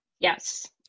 Yes